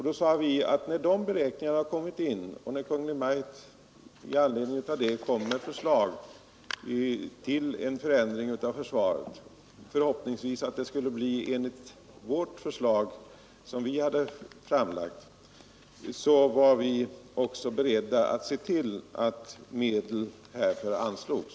Vi sade att när de beräkningarna kommit in och Kungl. Maj:t i anledning därav lagt fram förslag till en förändring av försvaret — förhoppningsvis enligt vårt förslag — var vi också beredda att se till att medel härtill anslogs.